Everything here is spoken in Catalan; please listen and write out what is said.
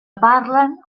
parlen